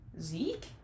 Zeke